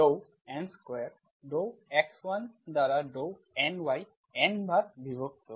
yx1nnyx1n Dow N square Dow x1 দ্বারা Dow NY N বার বিভক্ত